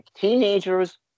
teenagers